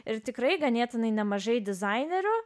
ir tikrai ganėtinai nemažai dizainerių